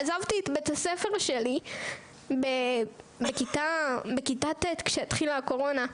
עזבתי את בית ספר שלי בכיתה ט' כאשר התחילה הקורונה.